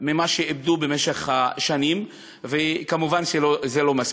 ממה שאיבדו במשך השנים, וכמובן, זה לא מספיק.